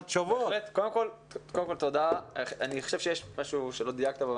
אני חושב שיש משהו שלא דייקת בו,